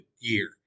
year